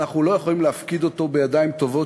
ואנחנו לא יכולים להפקיד אותו בידיים טובות